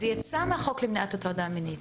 זה יצא מהחוק למניעת הטרדה מינית.